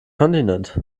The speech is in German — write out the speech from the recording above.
kontinent